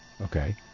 okay